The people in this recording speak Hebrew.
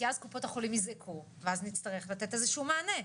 כי אז קופות החולים יזעקו ואז נצטרך לתת איזה שהוא מענה.